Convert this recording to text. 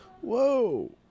Whoa